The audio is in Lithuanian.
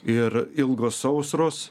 ir ilgos sausros